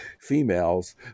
females